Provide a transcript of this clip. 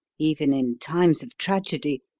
even in times of tragedy,